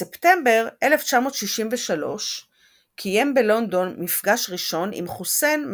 בספטמבר 1963 קיים בלונדון מפגש ראשון עם חוסיין,